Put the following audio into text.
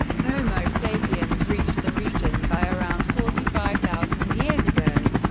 homo sapiens reached the region by around forty five thousand years ago.